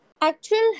actual